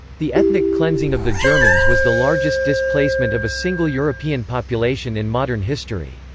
the ethnic cleansing of the germans was the largest displacement of a single european population in modern history.